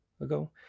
ago